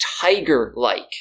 tiger-like